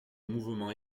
mouvements